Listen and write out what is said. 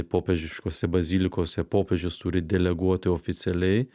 popiežiškose bazilikose popiežius turi deleguoti oficialiai